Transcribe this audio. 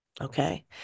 Okay